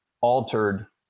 altered